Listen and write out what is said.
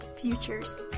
futures